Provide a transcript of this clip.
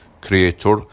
creator